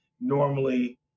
normally